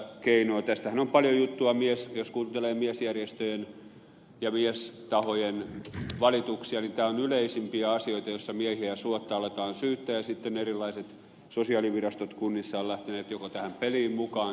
tästähän on paljon juttua myös ja jos kuuntelee miesjärjestöjen ja miestahojen valituksia niin tämä on yleisimpiä asioita joissa miehiä suotta aletaan syyttää ja sitten erilaiset sosiaalivirastot kunnissa ovat lähteneet joko tähän peliin mukaan tai eivät